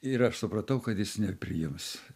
ir aš supratau kad jis nepriims